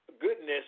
goodness